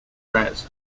prayers